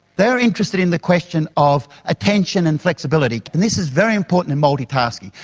they are interested in the question of attention and flexibility, and this is very important in multitasking.